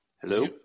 Hello